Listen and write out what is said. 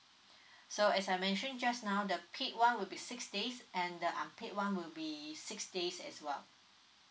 so as I mention just now the paid one will be six days and the unpaid one will be six days as well